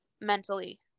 mentally